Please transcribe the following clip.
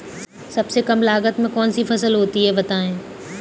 सबसे कम लागत में कौन सी फसल होती है बताएँ?